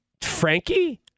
Frankie